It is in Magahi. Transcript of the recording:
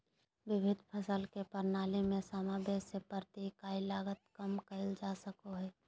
विभिन्न फसल के प्रणाली में समावेष से प्रति इकाई लागत कम कइल जा सकय हइ